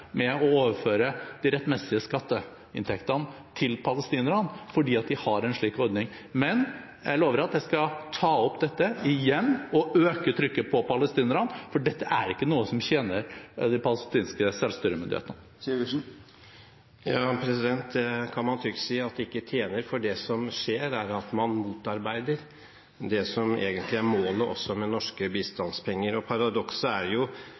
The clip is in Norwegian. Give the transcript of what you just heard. rettmessige skatteinntekter til palestinerne fordi de har en slik ordning. Men jeg lover at jeg skal ta opp dette igjen og øke trykket på palestinerne, for dette er ikke noe som tjener de palestinske selvstyremyndighetene. Man kan trygt si at det ikke tjener dem, for det som skjer, er at man motarbeider det som egentlig er målet også med norske bistandspenger. Paradokset er